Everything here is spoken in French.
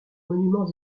monuments